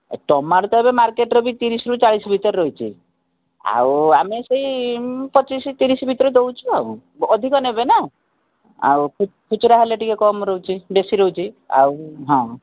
ଏ tomato ତ ଏବେ ମାର୍କେଟ୍ରେ ବି ତିରିଶରୁ ଚାଳିଶ ଭିତରେ ରହିଛି ଆଉ ଆମେ ସେଇ ପଚିଶ ତିରିଶ ଭିତରେ ଦେଉଛୁ ଆଉ ଅଧିକ ନେବେ ନା ଆଉ ଖୁଚୁରା ହେଲେ କମ ରହୁଛି ବେଶୀ ରହୁଛି ଆଉ ହଁ